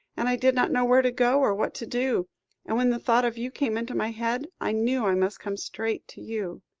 and i did not know where to go, or what to do and, when the thought of you came into my head, i knew i must come straight to you.